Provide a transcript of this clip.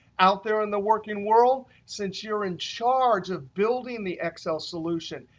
out there in the working world, since you're in charge of building the excel solution,